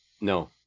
No